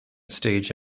stage